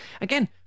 again